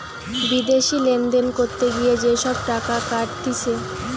বিদেশি লেনদেন করতে গিয়ে যে সব টাকা কাটতিছে